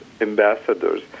ambassadors